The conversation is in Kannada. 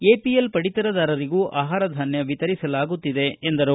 ಎಪಿಎಲ್ ಪಡಿತರದಾರರಿಗೂ ಆಹಾರಧಾನ್ಯ ವಿತರಿಸಲಾಗುತ್ತಿದೆ ಎಂದರು